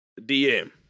DM